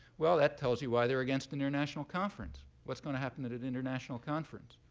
well, that tells you why they're against an international conference. what's gonna happen at an international conference?